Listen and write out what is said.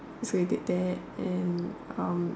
that's why you did that and